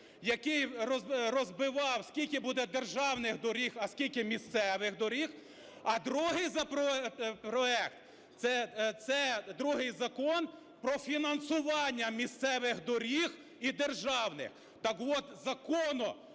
який розбивав, скільки буде державних доріг, а скільки місцевих доріг, а другий законопроект - це другий закон про фінансування місцевих доріг і державних. Так от, закону